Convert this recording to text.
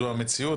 זו המציאות,